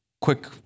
quick